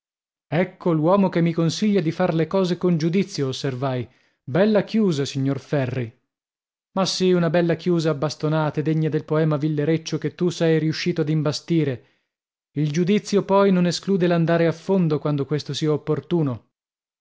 me ecco l'uomo che mi consiglia di far le cose con giudizio osservai bella chiusa signor ferri ma sì una bella chiusa a bastonate degna del poema villereccio che tu sei riuscito ad imbastire il giudizio poi non esclude l'andare a fondo quando questo sia opportuno